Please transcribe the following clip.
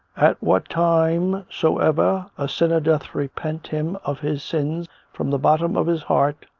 at what time soever a sinner doth repent him of his sin from the bottom of his heart,